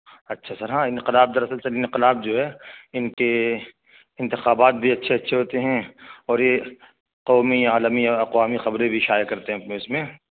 اچھا سر ہاں انقلاب دراصل سر انقلاب جو ہے ان کے انتخابات بھی اچھے اچھے ہوتے ہیں اور یہ قومی عالمی اور اقوامی خبریں بھی شائع کرتے ہیں اپنے اس میں